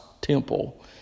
temple